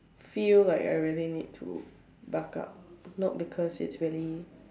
feel like I really need to bulk up not because its really